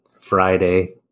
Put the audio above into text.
Friday